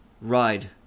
ride